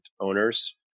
owners